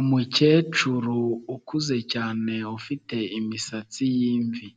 Umukecuru ukuze cyane ufite imisatsi y'imvi,